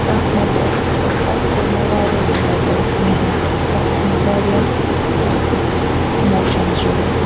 تتھ منٛز ٲسٕس بہٕ تتھ کوٚر مےٚ واریاہ دِل لگٲیِتھ محنت تتھ اوس مےٚ وارِیاہ تتھ سۭتۍ اِموشنٕز جُڈتھ